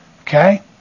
Okay